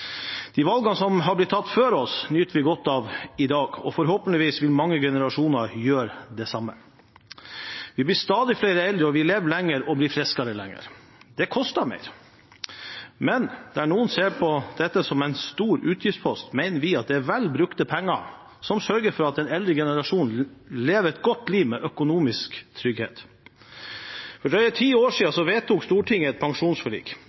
De valgene som er blitt tatt før oss, nyter vi godt av i dag, og forhåpentligvis vil mange generasjoner gjøre det samme. Vi blir stadig flere eldre, og vi lever lenger og blir friskere lenger. Det koster mer. Men der noen ser på dette som en stor utgiftspost, mener vi at det er vel brukte penger som sørger for at den eldre generasjonen lever et godt liv med økonomisk trygghet. For drøye ti år siden vedtok Stortinget et pensjonsforlik.